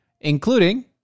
including